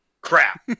crap